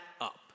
up